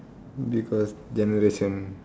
because generation